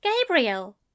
Gabriel